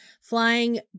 flying